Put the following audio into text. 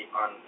on